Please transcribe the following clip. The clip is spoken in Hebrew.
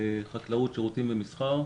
חקלאות, שירותים ומסחר.